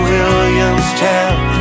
Williamstown